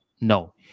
no